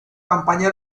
campaña